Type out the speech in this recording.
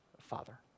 Father